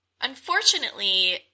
Unfortunately